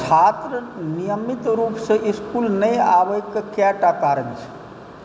छात्र नियमित रूपसँ इसकुल नहि आबैके कएकटा कारण छै